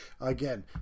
Again